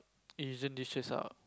aisan dishes ah